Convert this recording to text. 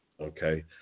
Okay